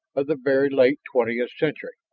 of the very late twentieth century,